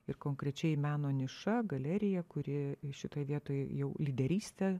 ir konkrečiai meno niša galerija kuri šitoj vietoj jau lyderystę